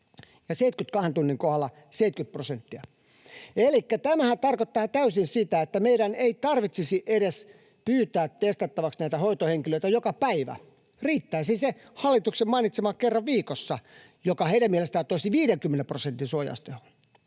72 tunnin kohdalla 70 prosenttia. Elikkä tämähän tarkoittaa ihan täysin sitä, että meidän ei tarvitsisi edes pyytää testattavaksi hoitohenkilöitä joka päivä. Riittäisi se hallituksen mainitsema kerran viikossa, joka heidän mielestään toisi 50 prosentin suojaustehon.